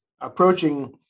approaching